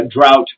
drought